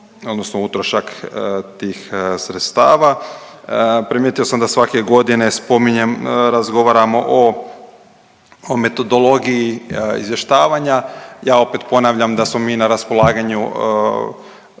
odnosno utrošak tih sredstava. Primijetio sam da svake godine spominjem, razgovaramo o metodologiji izvještavanja. Ja opet ponavljam da smo mi na raspolaganju